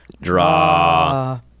draw